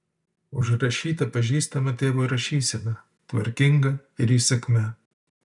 užrašyta pažįstama tėvo rašysena tvarkinga ir įsakmia